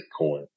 Bitcoin